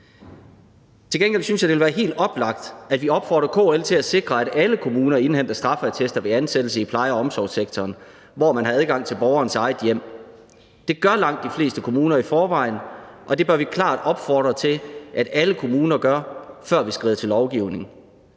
Til gengæld synes jeg, det vil være helt oplagt, at vi opfordrer KL til at sikre, at alle kommuner indhenter straffeattester ved ansættelse i pleje- og omsorgssektoren, hvor man har adgang til borgerens eget hjem. Det gør langt de fleste kommuner i forvejen, og det bør vi klart opfordre til at alle kommuner gør, før vi skrider til lovgivning.